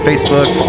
Facebook